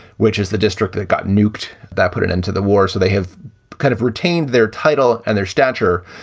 which is the district that got nuked that put it into the war. so they have kind of retained their title and their stature.